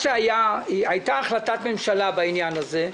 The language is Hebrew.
הייתה החלטת ממשלה בעניין הזה,